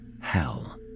Hell